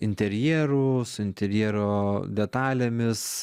interjeru su interjero detalėmis